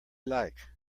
like